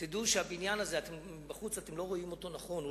תדעו שהבניין הזה, מבחוץ אתם לא רואים אותו נכון.